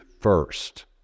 first